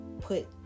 put